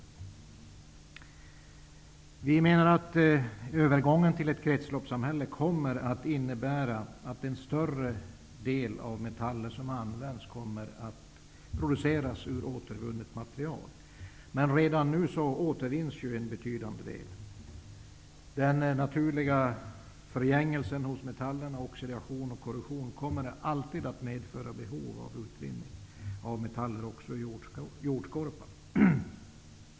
Vi i Vänsterpartiet menar att övergången till ett kretsloppssamhälle kommer att innebära att en större andel av de metaller som används kommer att produceras ur återvunnet material. Redan nu återvinns en betydande mängd. Den naturliga förgängelsen hos metaller, oxidation och korrosion, kommer alltid att medföra behov av utvinning av metaller ur jordskorpan.